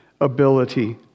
ability